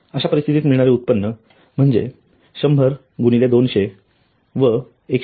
अशा परिस्थितीत मिळणारे उत्पन्न उत्पन्न 100 × 200 150 × 75 250 × 200 62